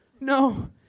no